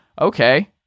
okay